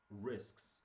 risks